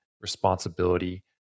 responsibility